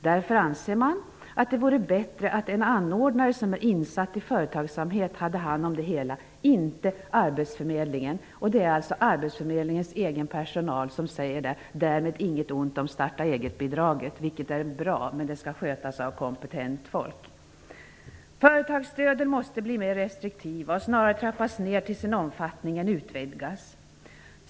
Därför anser man att det vore bättre att en anordnare som är insatt i företagsamhet hade hand om det hela, inte arbetsförmedlingen. Det är alltså arbetsförmedlingens egen personal som säger detta. Därmed är inget ont sagt om starta-egetbidraget, vilket är bra, men det skall skötas av kompetent folk. Företagsstöden måste bli mer restriktiva och snarare trappas ner till sin omfattning än utvidgas.